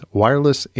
wireless